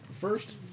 First